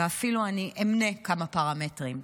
ואני אפילו אמנה כמה פרמטרים.